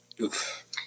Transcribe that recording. Oof